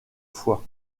foi